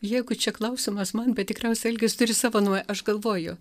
jeigu čia klausimas man bet tikriausiai algis turi savo nuomonę aš galvoju